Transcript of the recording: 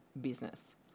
business